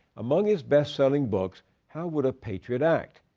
among his best-selling books how would a patriot act?